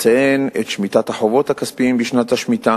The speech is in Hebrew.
אציין את שמיטת החובות הכספיים בשנת השמיטה,